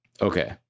okay